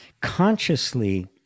consciously